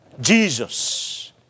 Jesus